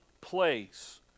place